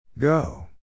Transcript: Go